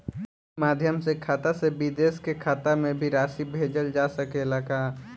ई माध्यम से खाता से विदेश के खाता में भी राशि भेजल जा सकेला का?